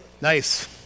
Nice